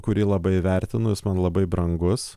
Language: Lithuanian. kurį labai vertinu jis man labai brangus